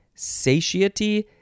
satiety